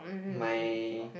my